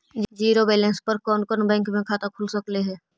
Zero balance पर कोन कोन बैंक में खाता खुल सकले हे?